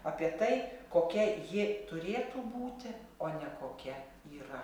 apie tai kokia ji turėtų būti o ne kokia yra